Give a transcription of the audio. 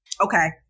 okay